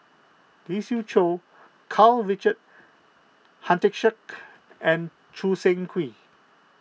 Lee Siew Choh Karl Richard Hanitsch and Choo Seng Quee